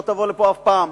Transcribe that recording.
לא תבוא לפה אף פעם.